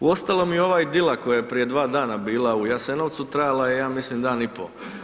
Uostalom, i ova idila koja je prije 2 dana bila u Jasenovcu trajala je, ja mislim, dan i po.